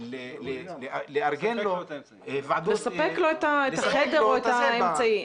לספק לו את החדר או את האמצעי.